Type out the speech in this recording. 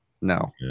No